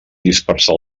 dispersar